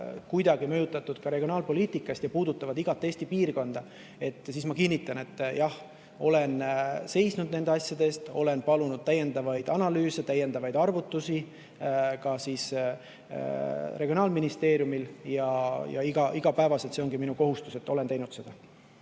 kuidagi mõjutatud ka regionaalpoliitikast ja puudutavad igat Eesti piirkonda. Ma kinnitan, et jah, olen seisnud nende asjade eest, olen palunud täiendavaid analüüse, täiendavaid arvutusi ka Regionaalministeeriumilt ja igapäevaselt see ongi minu kohustus. Olen seda